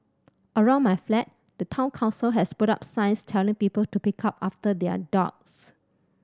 around my flat the Town Council has put up signs telling people to pick up after their dogs